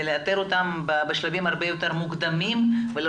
ולאתר אותם בשלבים הרבה יותר מוקדמים ולא